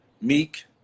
Meek